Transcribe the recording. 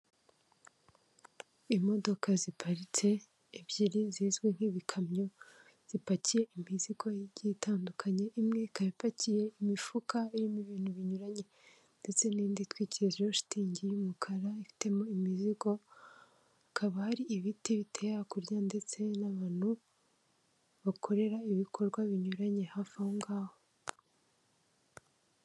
Imodoka ziparitse ebyiri zizwi nk'ibikamyo, zipakiye imizigo igiye itandukanye, imwe ikaba ipakiye imifuka irimo ibintu binyuranye ndetse n'indi itwikirijeho shitingi y'umukara, ifitemo imizigo, hakaba hari ibiti biteye hakurya ndetse n'abantu bakorera ibikorwa binyuranye hafi aho ngaho.